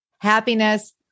happiness